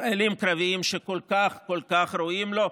חיילים קרביים את הסיוע הזה שהם כל כך כל כך ראויים לו.